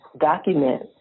document